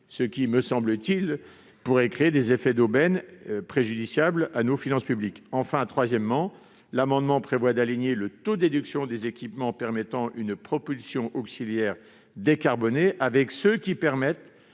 pourrait, me semble-t-il, créer des effets d'aubaine préjudiciables à nos finances publiques. Troisièmement, l'amendement prévoit d'aligner le taux de déduction des équipements rendant possible une propulsion auxiliaire décarbonée sur ceux qui permettent